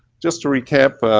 just to recap,